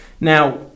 Now